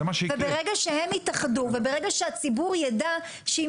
ברגע שהן יתאחדו וברגע שהציבור ידע שעם